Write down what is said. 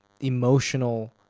emotional